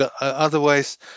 otherwise